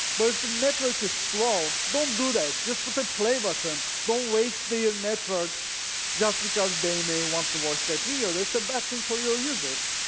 but if the network is slow, don't do that. just put the play button. don't waste the network just because they may want to watch that video. that's a bad thing for your users.